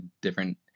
different